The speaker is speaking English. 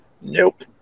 Nope